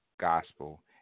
Gospel